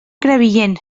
crevillent